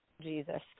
Jesus